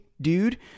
dude